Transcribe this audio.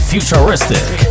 Futuristic